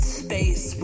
space